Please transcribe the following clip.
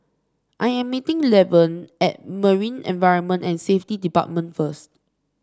I am meeting Levon at Marine Environment and Safety Department first